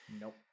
Nope